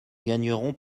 gagnerons